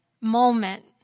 moment